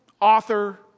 author